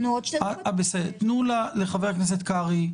תנו לחבר הכנסת קרעי,